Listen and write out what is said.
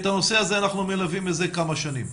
את הנושא הזה אנחנו מלווים מזה כמה שנים.